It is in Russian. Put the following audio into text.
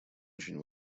очень